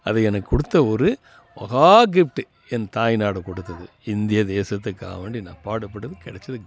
அது எனக்கு கொடுத்த ஒரு மகா கிஃப்ட்டு என் தாய் நாடு கொடுத்தது இந்திய தேசத்துக்காவே வேண்டி நான் பாடுப்பட்டது கிடைச்சது கிஃப்ட்